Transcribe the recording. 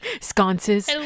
sconces